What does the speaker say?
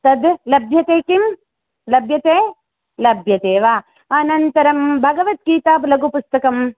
तद् लभ्यते किं लभ्यते लभ्यते वा अनन्तरं भगवद्गीतालघुपुस्तकं